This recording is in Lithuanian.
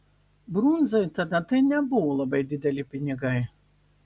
brundzai tada tai nebuvo labai dideli pinigai